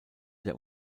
der